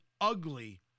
ugly